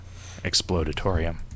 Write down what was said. Explodatorium